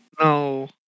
No